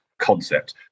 concept